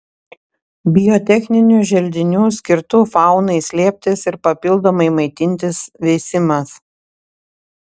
biotechninių želdinių skirtų faunai slėptis ir papildomai maitintis veisimas